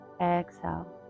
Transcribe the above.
exhale